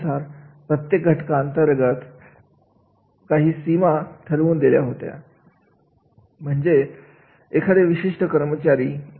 जेव्हा आपण कार्याचे अवलोकन समजून घेत असतो त्यावेळेस आपण कार्याला सविस्तरपणे समजून घेत असतो कार्याचे मूल्यमापन करीत असतो